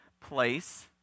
place